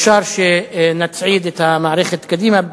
אפשר שנצעיד את המערכת קדימה,